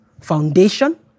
Foundation